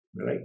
right